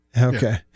Okay